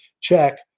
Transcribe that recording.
check